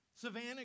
Savannah